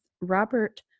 Robert